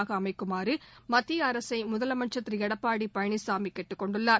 எடப்பாடி அமைக்குமாறு மத்திய அரசை முதலமைச்சர் திரு பழனிசாமி கேட்டுக்கொண்டுள்ளார்